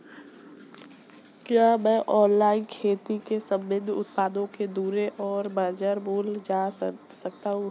क्या मैं ऑनलाइन खेती से संबंधित उत्पादों की दरें और बाज़ार मूल्य जान सकता हूँ?